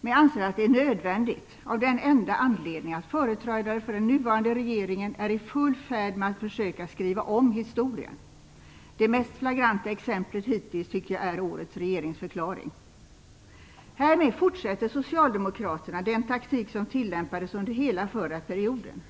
men jag anser att det är nödvändigt av den enda anledningen att företrädare för den nuvarande regeringen är i full färd med att försöka skriva om historien. Det mest flagranta exemplet hittills tycker jag är årets regeringsförklaring. Härmed fortsätter socialdemokraterna den taktik som tillämpades under hela förra perioden.